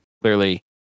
Clearly